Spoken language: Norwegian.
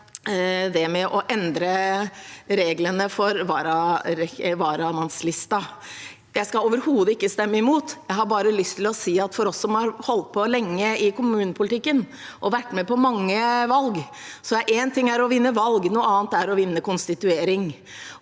det gjelder å endre reglene for varamannslisten. Jeg skal overhodet ikke stemme imot. Jeg har bare lyst til å si at for oss som har holdt på lenge i kommunepolitikken og vært med på mange valg, er én ting å vinne valg, noe annet er å vinne konstituering.